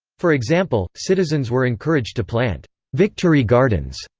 for example, citizens were encouraged to plant victory gardens,